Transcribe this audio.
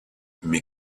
mais